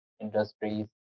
industries